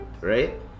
right